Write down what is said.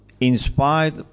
inspired